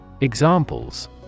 Examples